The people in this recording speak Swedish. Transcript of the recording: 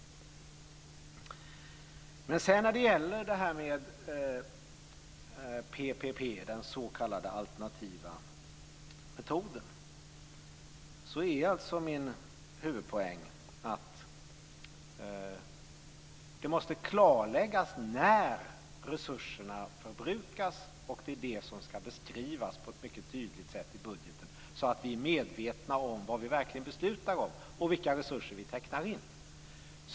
När det gäller detta med PPP, den s.k. alternativa metoden, är min huvudpoäng att det måste klarläggas när resurserna förbrukas. Det är detta som ska beskrivas på ett mycket tydligt sätt i budgeten så att vi är medvetna om vad vi verkligen beslutar om och vilka resurser vi tecknar in.